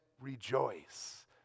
rejoice